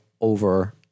over